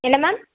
என்ன மேம்